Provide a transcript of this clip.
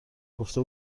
گفته